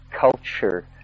culture